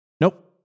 Nope